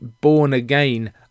born-again